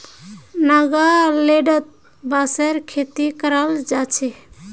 नागालैंडत बांसेर खेती कराल जा छे